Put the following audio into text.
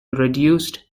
reduced